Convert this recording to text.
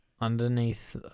Underneath